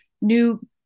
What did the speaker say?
new